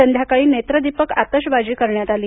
संध्याकाळी नेत्रदीपक आतषबाजी करण्यात आली